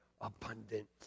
Abundant